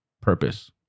purpose